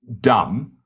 dumb